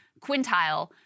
quintile